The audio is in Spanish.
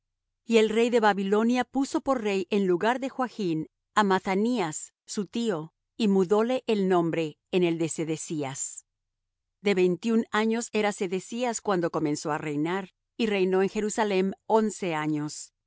y el rey de babilonia puso por rey en lugar de joachn á mathanías su tío y mudóle el nombre en el de sedecías de veintiún años era sedecías cuando comenzó á reinar y reinó en jerusalem once años